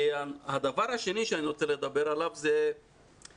הדבר השני שאני רוצה לדבר עליו זה דוח